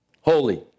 Holy